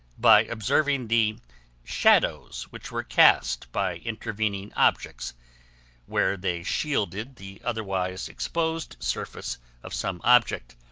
by observing the shadows which were cast by intervening objects where they shielded the otherwise exposed surface of some object.